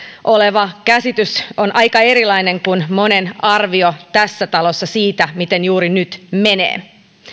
oleva käsitys on aika erilainen kuin monen arvio tässä talossa siitä miten juuri nyt menee